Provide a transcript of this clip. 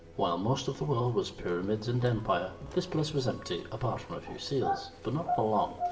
while most of the world was pyramids and empire, this place was empty, apart from a few seals. but not for long.